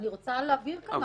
אני רוצה להבהיר כאן משהו.